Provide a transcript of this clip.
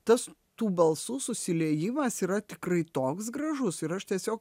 tas tų balsų susiliejimas yra tikrai toks gražus ir aš tiesiog